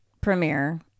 premiere